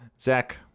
Zach